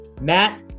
Matt